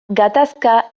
gatazka